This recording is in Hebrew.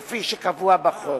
כפי שקבוע בחוק.